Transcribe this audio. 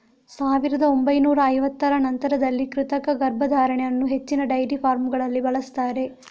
ಸಾವಿರದ ಒಂಬೈನೂರ ಐವತ್ತರ ನಂತರದಲ್ಲಿ ಕೃತಕ ಗರ್ಭಧಾರಣೆ ಅನ್ನು ಹೆಚ್ಚಿನ ಡೈರಿ ಫಾರ್ಮಗಳಲ್ಲಿ ಬಳಸ್ತಾರೆ